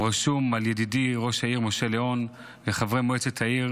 רשומה על ידידי ראש העיר משה ליאון וחברי מועצת העיר,